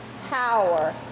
power